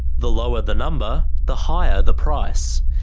the lower the number, the higher the price.